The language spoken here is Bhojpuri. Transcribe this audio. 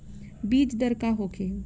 बीजदर का होखे?